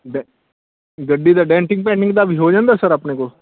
ਡੈ ਗੱਡੀ ਦਾ ਡੈਂਟਿੰਗ ਪੈਂਟਿੰਗ ਦਾ ਵੀ ਹੋ ਜਾਂਦਾ ਸਰ ਆਪਣੇ ਕੋਲ